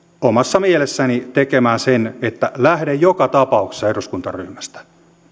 omassa mielessäni tekemään sen päätöksen että lähden joka tapauksessa eduskuntaryhmästä